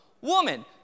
woman